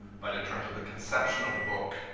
but in terms of the conception of the book,